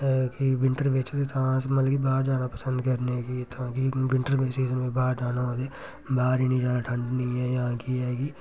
कि विंटर बिच्च ते तां अस मतलब बाह्र जाना पसंद करने आं कि इत्थुआं कि विंटर सीजन बिच्च बाह्र जाना होऐ ते बाह्र इन्नी ज्यादा ठंड नेईं ऐ जां केह् ऐ कि